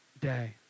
day